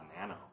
Nano